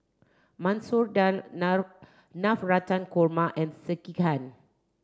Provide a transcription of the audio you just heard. Masoor Dal Navratan Korma and Sekihan